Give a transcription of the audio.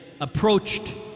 approached